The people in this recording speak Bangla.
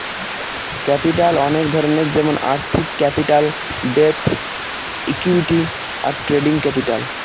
ক্যাপিটাল অনেক ধরনের যেমন আর্থিক ক্যাপিটাল, ডেট, ইকুইটি, আর ট্রেডিং ক্যাপিটাল